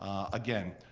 ah again,